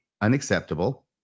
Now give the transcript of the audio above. unacceptable